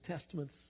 Testaments